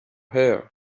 her